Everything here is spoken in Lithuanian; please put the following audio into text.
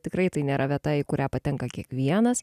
tikrai tai nėra vieta į kurią patenka kiekvienas